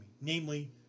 namely